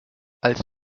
als